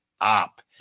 up